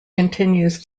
continues